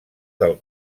del